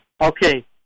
Okay